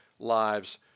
lives